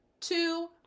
two